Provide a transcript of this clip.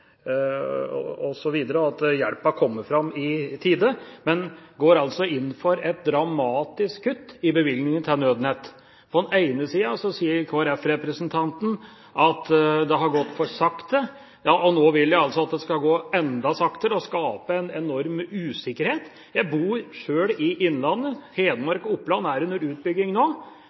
og at hjelpen kommer fram i tide, men går altså inn for et dramatisk kutt i bevilgningene til Nødnett. På den ene siden sier representanten fra Kristelig Folkeparti at det har gått for sakte – og nå vil de altså at det skal gå enda saktere, og skaper en enorm usikkerhet. Jeg bor sjøl i innlandet – Hedmark og Oppland er under utbygging nå.